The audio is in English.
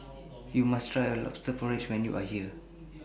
YOU must Try Lobster Porridge when YOU Are here